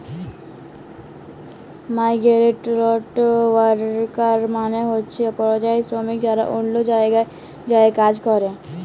migrant worker মালে হছে পরিযায়ী শরমিক যারা অল্য জায়গায় যাঁয়ে কাজ ক্যরে